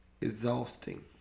exhausting